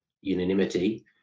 unanimity